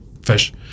fish